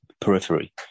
periphery